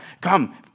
Come